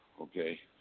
Okay